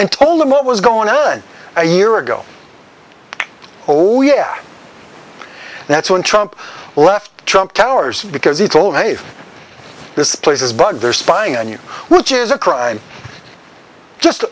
and told him what was going on a year ago oh yeah that's when trump left trump towers because he told me if this place is bugged they're spying on you which is a crime just